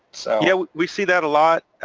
yeah we see that a lot.